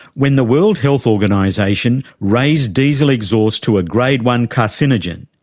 when the world health organisation raised diesel exhaust to a grade one carcinogen,